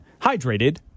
hydrated